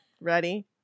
Ready